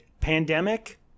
pandemic